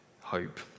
hope